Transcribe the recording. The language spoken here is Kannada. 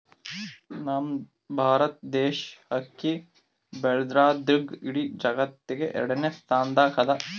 ನಮ್ ಭಾರತ್ ದೇಶ್ ಅಕ್ಕಿ ಬೆಳ್ಯಾದ್ರ್ದಾಗ್ ಇಡೀ ಜಗತ್ತ್ನಾಗೆ ಎರಡನೇ ಸ್ತಾನ್ದಾಗ್ ಅದಾ